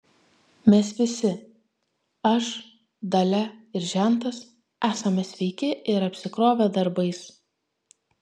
mes visi aš dalia ir žentas esame sveiki ir apsikrovę darbais